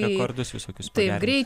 rekordus visokius pagerinti